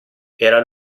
era